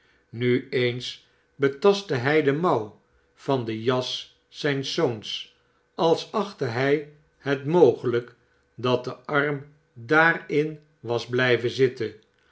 nu eens betastte hij den mouw van den jas zijns zoons als achtte hij het mogelijk dat de arm daarin was blijven zitten